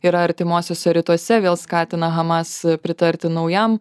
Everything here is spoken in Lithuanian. yra artimuosiuose rytuose vėl skatina hamas pritarti naujam